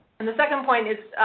and the second point is,